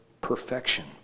perfection